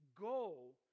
goal